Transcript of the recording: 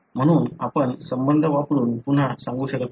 म्हणून आपण संबंध वापरून पुन्हा सांगू शकत नाही